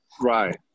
right